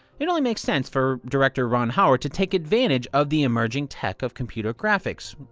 it'd only make sense for director ron howard to take advantage of the emerging tech of computer graphics,